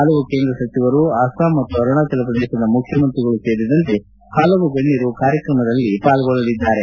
ಹಲವು ಕೇಂದ್ರ ಸಚಿವರು ಅಸ್ಸಾಂ ಮತ್ತು ಅರುಣಾಚಲ ಪ್ರದೇಶದ ಮುಖ್ಣಮಂತ್ರಿಗಳು ಸೇರಿದಂತೆ ಹಲವು ಗಣ್ಣರು ಕಾರ್ಯಕ್ರಮದಲ್ಲಿ ಪಾಲ್ಗೊಳ್ಳಲಿದ್ದಾರೆ